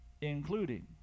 including